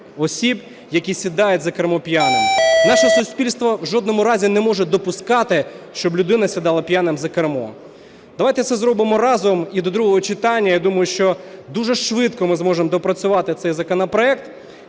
осіб, які сідають за кермо п'яними. Наше суспільство в жодному разі не може допускати, щоб людина сідала п'яним за кермо. Давайте це зробимо разом, і до другого читання, я думаю, що дуже швидко ми зможемо доопрацювати цей законопроект